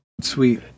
sweet